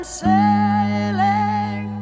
sailing